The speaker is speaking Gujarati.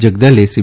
જગદલે સી